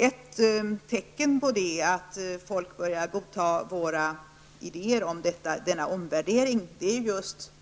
Ett tecken på att människor börjar godta våra idéer om denna omvärdering är just